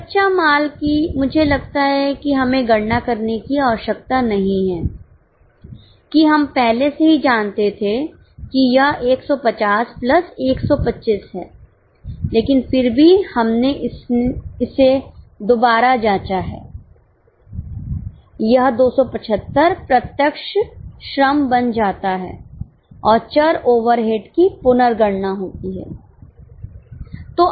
कच्चा माल की मुझे लगता है कि हमें गणना करने की आवश्यकता नहीं है कि हम पहले से ही जानते थे कि यह 150 प्लस 125 है लेकिन फिर भी हमने इसे दोबारा जांचा है यह 275 प्रत्यक्ष श्रम बन जाता है और चर ओवरहेड की पुनर्गणना होती है